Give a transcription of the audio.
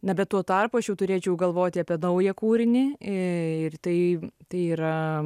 na bet tuo tarpu aš jau turėčiau galvoti apie naują kūrinį ir tai tai yra